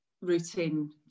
routine